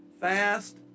fast